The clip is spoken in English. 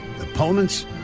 opponents